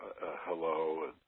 hello